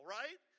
right